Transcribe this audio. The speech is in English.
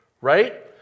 right